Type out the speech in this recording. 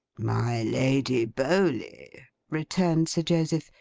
my lady bowley returned sir joseph,